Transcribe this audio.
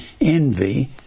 envy